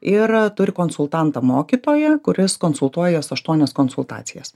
ir turi konsultantą mokytoją kuris konsultuoja juos aštuonias konsultacijas